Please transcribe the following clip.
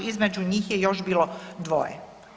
Između njih je još bilo dvoje.